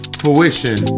fruition